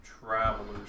travelers